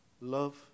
love